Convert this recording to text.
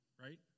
right